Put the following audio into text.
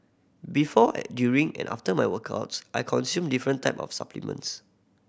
before during and after my workouts I consume different type of supplements